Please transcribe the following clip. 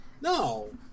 no